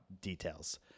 details